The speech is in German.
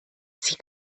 sie